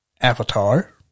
avatar